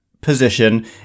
position